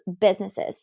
businesses